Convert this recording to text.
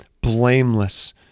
blameless